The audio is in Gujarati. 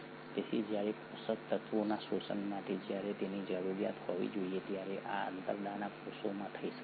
તેથી જ્યારે પોષક તત્વોના શોષણ માટે જ્યારે તેની જરૂરિયાત હોવી જોઈએ ત્યારે આ આંતરડાના કોષોમાં થઈ શકે છે